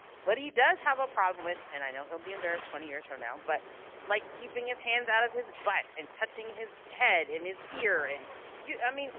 but he does have a problem with, and i know he'll be embarrassed twenty years from now, but like keeping his hands out of his butt and touching his head and his ear, and yeah i mean,